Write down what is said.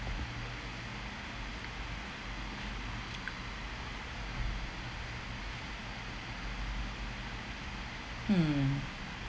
hmm